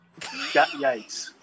Yikes